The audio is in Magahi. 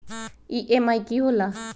ई.एम.आई की होला?